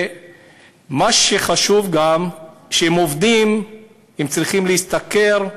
מה שחשוב גם, כשהם עובדים הם צריכים להשתכר,